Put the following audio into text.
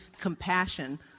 compassion